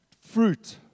fruit